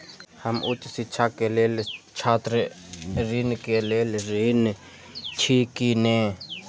हम उच्च शिक्षा के लेल छात्र ऋण के लेल ऋण छी की ने?